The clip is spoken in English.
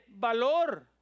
valor